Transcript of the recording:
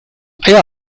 eier